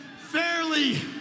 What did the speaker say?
fairly